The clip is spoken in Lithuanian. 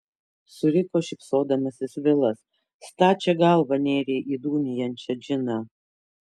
suriko šypsodamasis vilas stačia galva nėrei į dūmijančią džiną